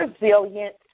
resilient